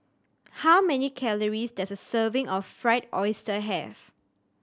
how many calories does a serving of Fried Oyster have